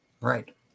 Right